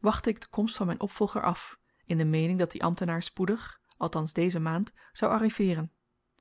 wachtte ik de komst van myn opvolger af in de meening dat die ambtenaar spoedig althans deze maand zou arriveeren